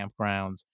campgrounds